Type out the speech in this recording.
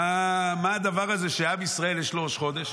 מה הדבר הזה שהיה בישראל בראש חודש?